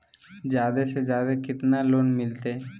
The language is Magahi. जादे से जादे कितना लोन मिलते?